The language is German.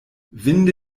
winde